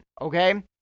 okay